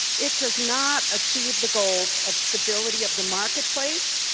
it does not achieve the goals of stability of the marketplace.